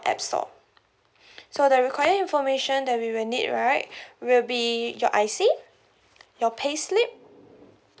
app store so the required information that we will need right will be your I_C your payslip